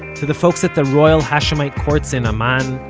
to the folks at the royal hashemite courts in amman,